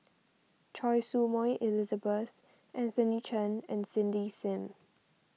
Choy Su Moi Elizabeth Anthony Chen and Cindy Sim